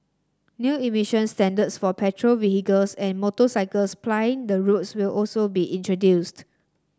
new emission standards for petrol vehicles and motorcycles plying the roads will also be introduced